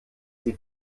sie